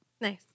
Nice